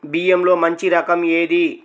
బియ్యంలో మంచి రకం ఏది?